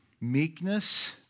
Meekness